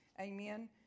amen